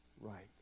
right